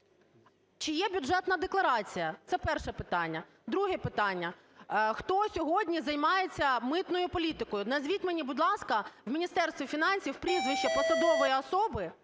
Чи є Бюджетна декларація? Це перше питання. Друге питання. Хто сьогодні займається митною політикою? Назвіть мені, будь ласка, в Міністерстві фінансів прізвище посадової особи,